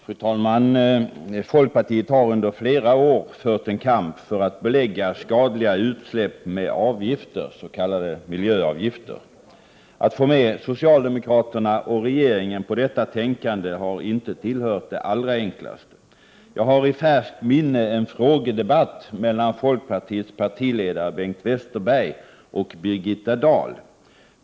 Fru talman! Folkpartiet har under flera år fört en kamp för att belägga skadliga utsläpp med avgifter, s.k. miljöävgifter. Att få med socialdemokraterna och regeringen på detta tänkande har inte tillhört det allra enklaste. Jag har i färskt minne en frågedebatt mellan folkpartiets partiledare Bengt Westerberg och Birgitta Dahl.